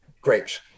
grapes